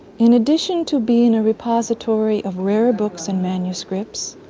in addition to being a repository of rare books and manuscripts,